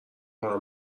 برای